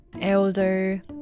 elder